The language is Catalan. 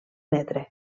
metre